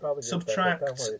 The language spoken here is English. Subtract